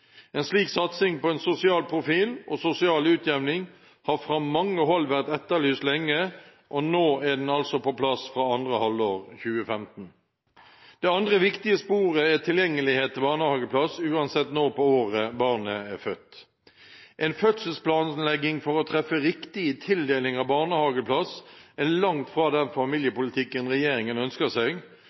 En slik satsing på en sosial profil og sosial utjevning har fra mange hold vært etterlyst lenge, og nå er den altså på plass fra andre halvår 2015. Det andre viktige sporet er tilgjengelighet til barnehageplass uansett når på året barnet er født. En fødselsplanlegging for å treffe riktig når det gjelder tildeling av barnehageplass, er langt fra den familiepolitikken regjeringen ønsker seg,